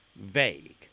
vague